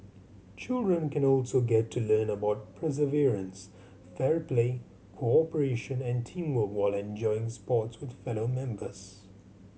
children can also get to learn about perseverance fair play cooperation and teamwork while enjoying sports with fellow members